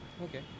okay